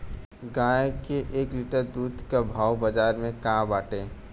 गाय के एक लीटर दूध के भाव बाजार में का बाटे?